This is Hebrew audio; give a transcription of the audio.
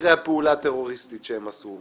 אחרי הפעולה הטרוריסטית שהם עשו.